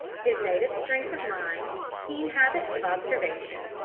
his native strength of mind, keen habits of observation,